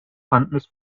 fondness